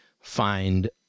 find